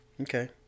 Okay